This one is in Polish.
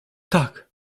tak